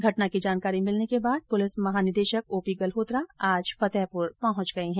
घटना की जानकारी मिलने के बाद पुलिस महानिदेशक ओपी गल्होत्रा आज फतेहपुर पहुंच गए है